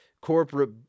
corporate